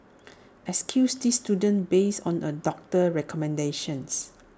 excuse these students based on A doctor's recommendations